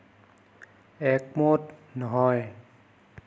একমত নহয়